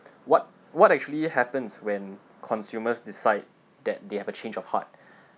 what what actually happens when consumers decide that they have a change of heart